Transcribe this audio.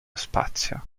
spazio